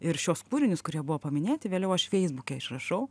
ir šiuos kūrinius kurie buvo paminėti vėliau aš feisbuke išrašau